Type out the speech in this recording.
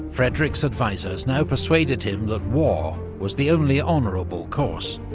frederick's advisors now persuaded him that war was the only honourable course.